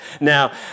Now